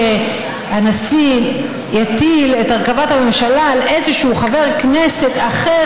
שהנשיא יטיל את הרכבת הממשלה על איזשהו חבר כנסת אחר